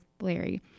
Larry